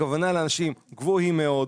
הכוונה לאנשים גבוהים מאוד,